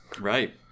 right